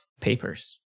papers